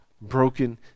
broken